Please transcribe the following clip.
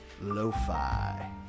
lo-fi